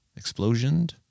Explosioned